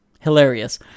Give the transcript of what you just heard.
Hilarious